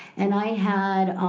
and i had